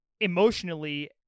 emotionally